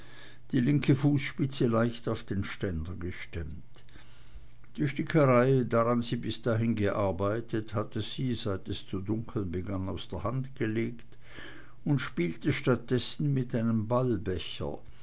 die linke fußspitze leicht auf den ständer gestemmt die stickerei daran sie bis dahin gearbeitet hatte sie seit es zu dunkeln begann aus der hand gelegt und spielte statt dessen mit einem